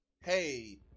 hey